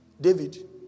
David